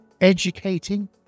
educating